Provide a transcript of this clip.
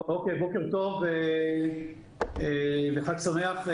בוקר טוב וחג שמח.